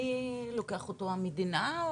מי לוקח אותו המדינה,